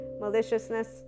maliciousness